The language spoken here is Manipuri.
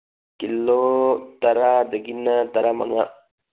ꯀꯤꯂꯣ ꯇꯔꯥꯗꯒꯤꯅ ꯇꯔꯥꯃꯉꯥ